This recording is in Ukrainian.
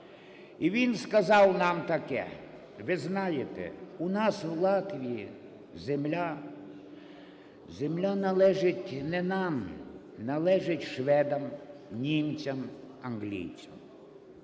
І він сказав нам таке: "Ви знаєте, у нас в Латвії земля – земля належить не нам, належить шведам, німцям, англійцям.